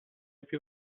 più